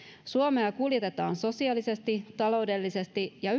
suomea kuljetetaan sosiaalisesti taloudellisesti ja